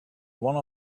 one